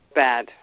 bad